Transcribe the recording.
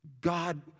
God